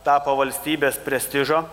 tapo valstybės prestižo